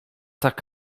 tak